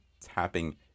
tapping